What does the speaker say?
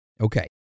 Okay